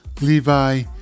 Levi